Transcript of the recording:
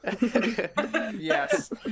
Yes